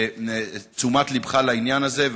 תשומת ליבך לעניין הזה,